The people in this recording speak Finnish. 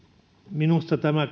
minusta tämä